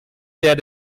der